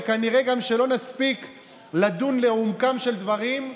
וכנראה גם לא נספיק לדון לעומקם של דברים,